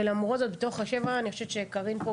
ולמרות הזאת מתוך השבע קארין פה,